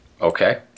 Okay